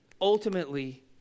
ultimately